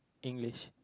English